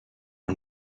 our